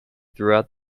throughout